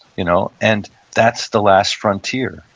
you know and that's the last frontier.